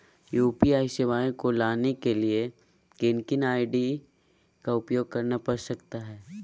UPI सेवाएं को लाने के लिए किन किन आई.डी का उपयोग करना पड़ सकता है?